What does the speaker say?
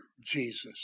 Jesus